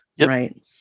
right